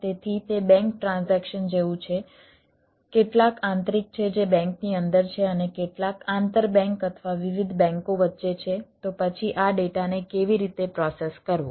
તેથી તે bank transaction જેવું છે કેટલાક આંતરિક છે જે બેંકની અંદર છે અને કેટલાક આંતર બેંક અથવા વિવિધ બેંકો વચ્ચે છે તો પછી આ ડેટાને કેવી રીતે પ્રોસેસ કરવો